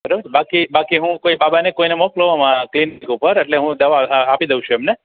બરોબર બાકી બાકી હું કોઈ બાબા ને કે કોઈને મોકલો અમારા ક્લિનિક ઉપર એટલે હું દવા આપી દઉં છું એમને